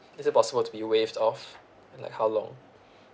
is it possible to be waived off and like how long